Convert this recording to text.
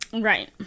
right